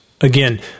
Again